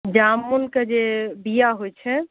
जामुनके जे बिआ होइ छै